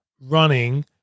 running